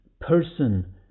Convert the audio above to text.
person